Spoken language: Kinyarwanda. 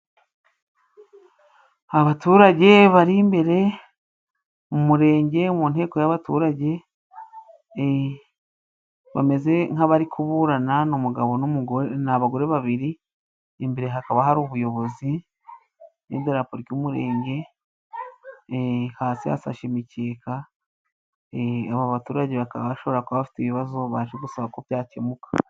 Abaturage bari imbere mu Murenge mu nteko y'abaturage bameze nk'abari kuburana, ni abagore babiri, imbere hakaba hari ubuyobozi n'idarapo ry'Umurenge, hasi hashashe imikeka, aba baturage bakaba bashobora kuba bafite ibibazo, baje gusaba ko byakemuka.